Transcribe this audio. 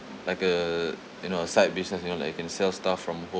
like a you know a side business you know like you can sell stuff from home